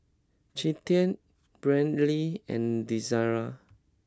Cinthia Brynlee and Desirae